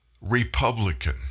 Republican